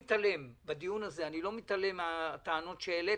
בדיון הזה אני לא מתעלם מהטענות שהעליתם.